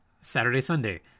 Saturday-Sunday